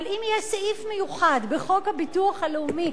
אבל אם יהיה סעיף מיוחד בחוק הביטוח הלאומי,